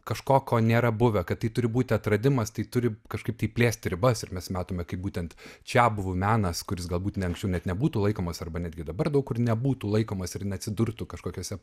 kažko ko nėra buvę kad tai turi būti atradimas tai turi kažkaip tai plėsti ribas ir mes matome kaip būtent čiabuvių menas kuris galbūt ne anksčiau net nebūtų laikomas arba netgi dabar daug kur nebūtų laikomas ir neatsidurtų kažkokiose